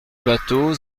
bâteau